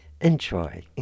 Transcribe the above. enjoy